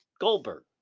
Goldberg